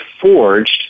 forged